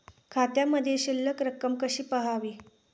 खात्यामधील शिल्लक रक्कम कशी पहावी?